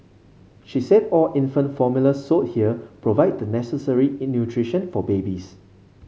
she said all infant formula sold here provide the necessary in nutrition for babies